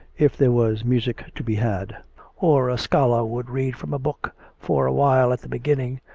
if there was music to be had or a scholar would read from a book for awhile at the be ginning,